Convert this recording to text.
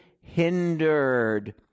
hindered